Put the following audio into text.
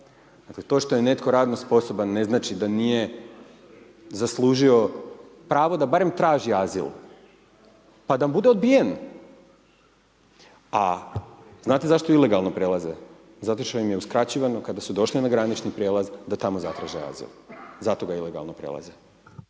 to što je netko radno sposoban ne znači da nije zaslužio pravo da barem traži azil, pa da bude odbijen, a znate zašto ilegalno prelaze, zato što ime uskraćivano kada su došli na granični prijelaz da tamo zatraže azil, zato ga ilegalno prelaze.